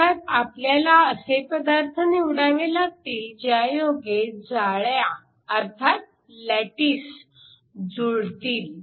अर्थात आपल्याला असे पदार्थ निवडावे लागतील ज्यायोगे जाळ्या अर्थात लॅटिस जुळतील